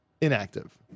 inactive